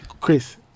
Chris